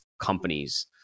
companies